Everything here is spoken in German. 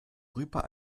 rüber